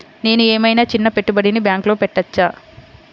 నేను ఏమయినా చిన్న పెట్టుబడిని బ్యాంక్లో పెట్టచ్చా?